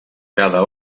cada